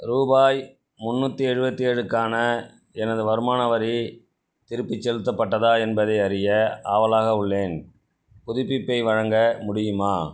ரூபாய் முந்நூற்றி எழுவத்தி ஏழு க்கான எனது வருமான வரி திருப்பிச் செலுத்தப்பட்டதா என்பதை அறிய ஆவலாக உள்ளேன் புதுப்பிப்பை வழங்க முடியுமா